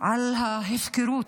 על ההפקרות,